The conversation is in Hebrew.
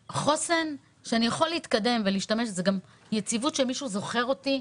להראות שמישהו זוכר אותי,